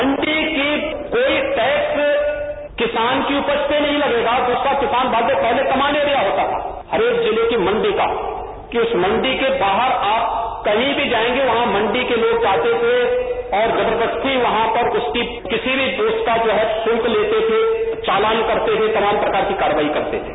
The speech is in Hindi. मंडी का कोई टेक्स किसान के उपज पर नहीं लगेगा और दूसरा पहले किसान बाद में पहले कमांड एरिया होता था हर एक जिले की मंडी का कि उस मंडी के बाहर आप कहीं भी जायेंगे वहां मंडी के लोग जाते थे और जबरदस्ती वहां पर उसकी किसी भी उपज का उसका जो है शुल्क लेते थे चालान करते थे तमाम प्रकार की कार्यवाही करते थे